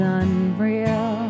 unreal